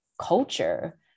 culture